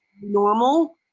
normal